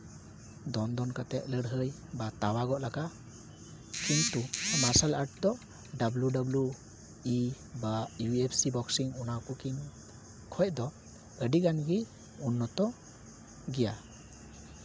ᱫᱚᱱ ᱫᱚᱱ ᱠᱟᱛᱮ ᱞᱟᱹᱲᱦᱟᱹᱭ ᱵᱟ ᱛᱟᱣᱟᱜᱚᱜ ᱞᱮᱠᱟ ᱠᱤᱱᱛᱩ ᱢᱟᱨᱥᱟᱞ ᱟᱨᱴᱥ ᱫᱚ ᱰᱟᱵᱞᱩ ᱰᱟᱵᱞᱩ ᱤ ᱵᱟ ᱤᱭᱩ ᱮᱯᱷ ᱥᱤ ᱵᱚᱠᱥᱤᱝ ᱚᱱᱟ ᱠᱚ ᱠᱤᱱ ᱠᱷᱚᱡ ᱫᱚ ᱟᱹᱰᱤ ᱜᱟᱱ ᱜᱮ ᱩᱱᱱᱚᱛᱚ ᱜᱮᱭᱟ